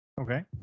Okay